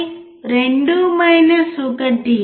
04 1